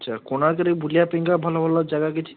ଆଚ୍ଛା କୋଣାର୍କରେ ବୁଲିବା ପାଇଁକା ଭଲ ଭଲ ଜାଗା କିଛି